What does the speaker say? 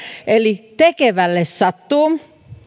eli tekevälle sattuu